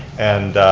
and